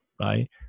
right